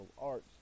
arts